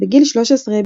בגיל 13,